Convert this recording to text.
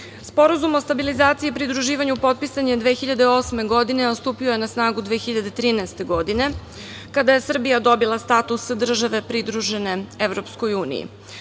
Srbiju. Sporazum o stabilizaciji i pridruživanju potpisan je 2008. godine, a stupio je na snagu 2013. godine, kada je Srbija dobila status države pridružene EU. Tada je